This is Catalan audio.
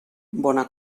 bona